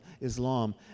Islam